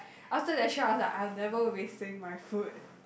after that shows I never wasting my food